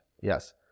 Yes